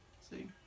see